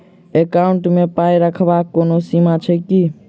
Account मे पाई रखबाक कोनो सीमा छैक की?